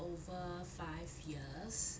over five years